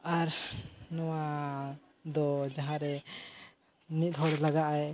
ᱟᱨ ᱱᱚᱣᱟ ᱫᱚ ᱡᱟᱦᱟᱸᱨᱮ ᱢᱤᱫ ᱦᱚᱲ ᱞᱟᱜᱟᱜ ᱟᱭ